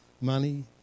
money